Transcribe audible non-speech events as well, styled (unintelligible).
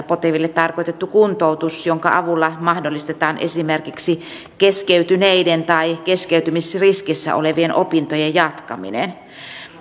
(unintelligible) poteville tarkoitettu kuntoutus jonka avulla mahdollistetaan esimerkiksi keskeytyneiden tai keskeytymisriskissä olevien opintojen jatkaminen